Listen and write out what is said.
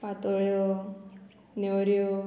पातोळ्यो नेवऱ्यो